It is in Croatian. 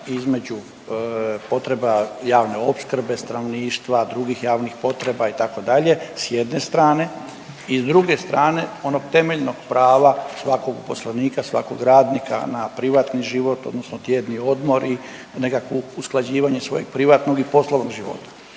između, potreba javne opskrbe stanovništva, drugih javnih potreba itd. sa jedne strane i s druge strane onog temeljnog prava svakog uposlenika, svakog radnika na privatni život, odnosno tjedni odmor i nekakvo usklađivanje svojeg privatnog i poslovnog života.